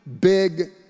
big